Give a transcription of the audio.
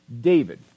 David